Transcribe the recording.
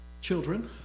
Children